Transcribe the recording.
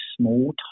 small